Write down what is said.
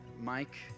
Mike